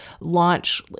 launch